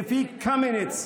לפי קמיניץ,